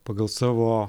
pagal savo